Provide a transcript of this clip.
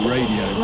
Radio